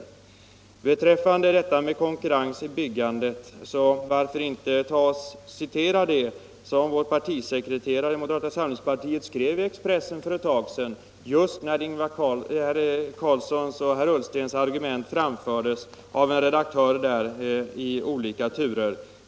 =: marktilldelning vid Beträffande konkurrens i byggandet, varför inte citera vad partisekre = stora bostadsbyggteraren i moderata samlingspartiet skrev i Expressen för ett tag sedan = nadsföretag just när herr Carlssons och herr Ullstens argument framfördes av en redaktör där i olika turer.